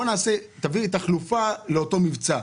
תביאו תחליף לאותו מבצע.